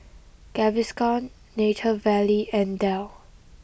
Gaviscon Nature Valley and Dell